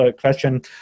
question